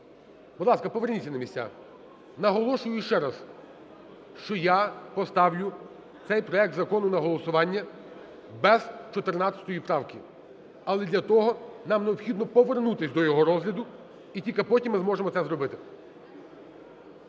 поверніться на місця. Наголошую ще раз, що я поставлю цей проект закону на голосування без 14 правки, але для того нам необхідно повернутись до його розгляду і тільки потім ми можемо це зробити.